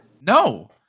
No